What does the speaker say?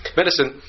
medicine